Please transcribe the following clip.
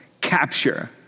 capture